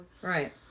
Right